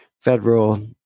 federal